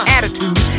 Attitude